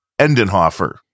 Endenhofer